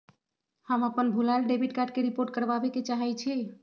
हम अपन भूलायल डेबिट कार्ड के रिपोर्ट करावे के चाहई छी